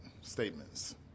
statements